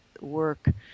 work